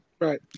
right